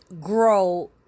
grow